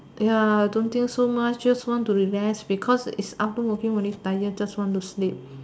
ya don't think so much just want to relax because is after working very tired just want to sleep